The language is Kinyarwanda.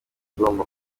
igomba